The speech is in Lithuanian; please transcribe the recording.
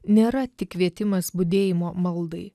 nėra tik kvietimas budėjimo maldai